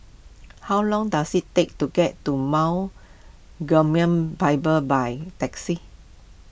how long does it take to get to Mount Bible by taxi